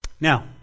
Now